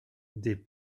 des